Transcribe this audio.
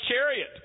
chariot